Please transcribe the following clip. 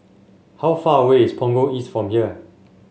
how far away is Punggol East from here